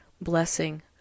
Blessing